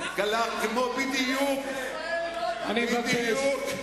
בדיוק ארץ-ישראל היא לא אדמה פלסטינית,